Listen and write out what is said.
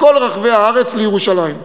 מכל רחבי הארץ לירושלים.